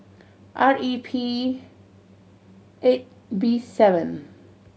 R E P eight B seven